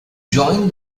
join